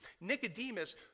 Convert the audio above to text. Nicodemus